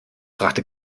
brachte